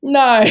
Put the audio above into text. no